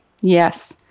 Yes